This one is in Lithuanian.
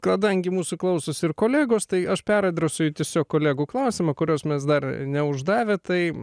kadangi mūsų klausosi ir kolegos tai aš peradresuoju tiesiog kolegų klausimą kurios mes dar neuždavę tai